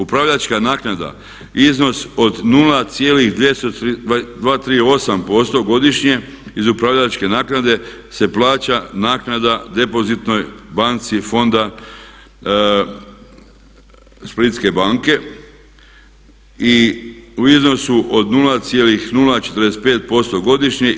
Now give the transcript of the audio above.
Upravljačka naknada iznos od 0,238% godišnje iz upravljačke naknade se plaća naknada depozitnoj banci Fonda Splitske banke u iznosu od 0,045% godišnje.